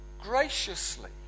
graciously